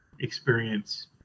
experience